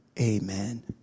amen